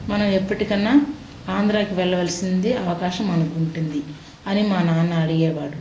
మనం ఎప్పటికన్నా ఆంధ్ర వెళ్ళవలసింది అవకాశం మనకు ఉంటుంది అని మా నాన్న అడిగేవాడు